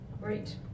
great